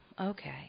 okay